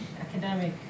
academic